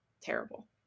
terrible